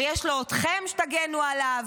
ויש לו אתכם שתגנו עליו.